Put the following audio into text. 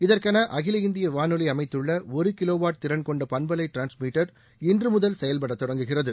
இதற்கென அகில இந்திய வானொலி அமைத்துள்ள ஒரு கிலோவாட் திறன்கொண்ட பண்பலை ட்ரான்மீட்டர் இன்று முதல் செயல்பட தொடங்குகிறது